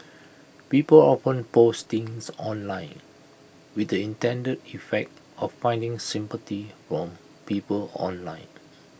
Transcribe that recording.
people often post things online with the intended effect of finding sympathy from people online